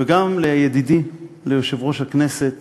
וגם לידידי, ליושב-ראש הכנסת